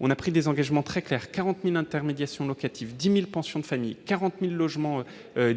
avons pris des engagements très clairs : 40 000 intermédiations locatives, 10 000 pensions de famille, 40 000 logements